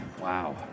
wow